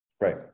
Right